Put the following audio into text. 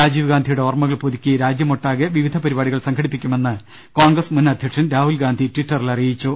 രാജീവ് ഗാന്ധിയുടെ ഓർമ്മകൾ പുതുക്കി രാജ്യമൊട്ടാകെ വിവിധ പരിപാടികൾ സംഘടിപ്പിക്കുമെന്ന് കോൺഗ്രസ് മുൻ അധ്യക്ഷൻ രാഹുൽ ഗാന്ധി ട്വിറ്ററിൽ അറിയിച്ചു